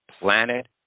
planet